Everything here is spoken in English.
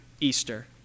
Easter